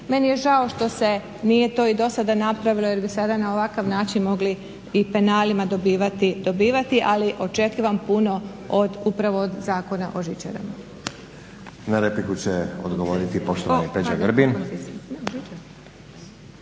Meni je žao što se nije to i do sada napravilo jer bi sada na ovakav način mogli i penalima dobivati ali očekivam puno od upravo od Zakona o žičarama.